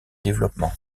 développement